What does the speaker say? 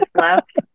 left